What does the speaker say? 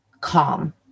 calm